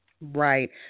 Right